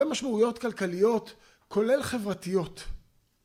במשמעויות כלכליות, כולל חברתיות.